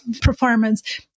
performance